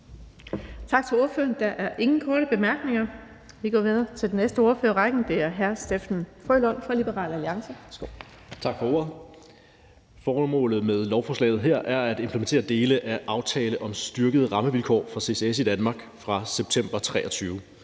Tak til ordføreren. Der er ingen korte bemærkninger. Vi går videre til den næste ordfører i rækken, og det er hr. Steffen W. Frølund fra Liberal Alliance. Værsgo. Kl. 15:11 (Ordfører) Steffen W. Frølund (LA): Tak for ordet. Formålet med lovforslaget her er at implementere dele af aftalen om styrkede rammevilkår for ccs i Danmark fra september 2023.